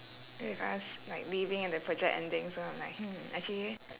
with us like leaving and the project ending so I am like hmm actually